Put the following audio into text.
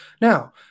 Now